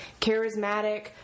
charismatic